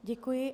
Děkuji.